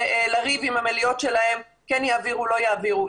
ולריב עם המליאות שלהן, כן יעבירו, לא יעבירו.